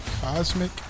Cosmic